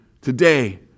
today